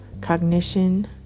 cognition